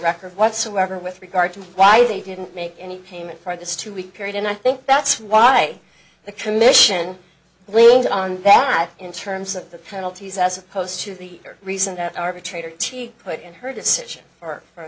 record whatsoever with regard to why they didn't make any payment for this two week period and i think that's why the commission leaned on that in terms of the penalties as opposed to the reason that arbitrator to put in her decision or